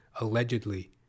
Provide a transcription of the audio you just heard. allegedly